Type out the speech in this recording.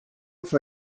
for